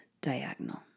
diagonal